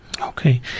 Okay